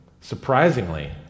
surprisingly